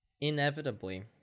inevitably